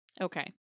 Okay